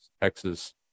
Texas